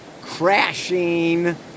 crashing